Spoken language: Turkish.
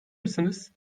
misiniz